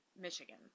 Michigan